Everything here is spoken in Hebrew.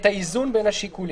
את האיזון בין השיקולים.